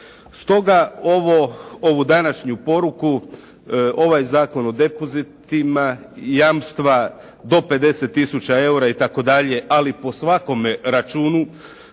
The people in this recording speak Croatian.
Stoga ovu današnju poruku, ovaj Zakon o depozitivima, jamstva do 50 tisuća eura itd. ali po svakome računu,